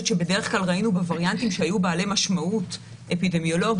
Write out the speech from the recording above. שבדרך כלל ראינו בווריאנטים שהיו בעלי משמעות אפידמיולוגית